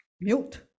mute